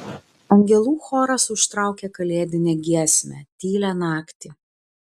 angelų choras užtraukė kalėdinę giesmę tylią naktį